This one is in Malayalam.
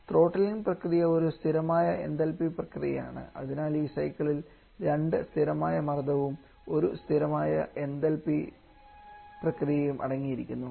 ത്രോട്ട്ലിംഗ് പ്രക്രിയ ഒരു സ്ഥിരമായ എന്തൽപി പ്രക്രിയയാണ് അതിനാൽ ഈ സൈക്കിളിൽ രണ്ട് സ്ഥിരമായ മർദ്ദവും ഒരു സ്ഥിരമായ എന്തൽപി പ്രക്രിയയും അടങ്ങിയിരിക്കുന്നു